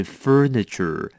furniture